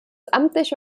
amtliche